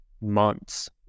months